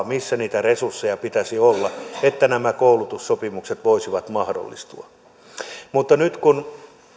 missä niitä resursseja pitäisi olla että nämä koulutussopimukset voisivat mahdollistua mutta nyt kun